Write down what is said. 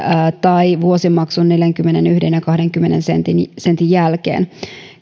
tai vuosimaksun neljänkymmenenyhden euron kahdenkymmenen sentin sentin jälkeen